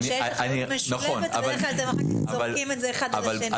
כי בדרך כלל כשיש אחריות משולבת אז זורקים את זה אחד על השני.